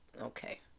okay